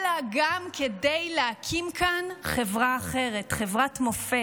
אלא גם כדי להקים כאן חברה אחרת, חברת מופת,